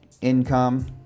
income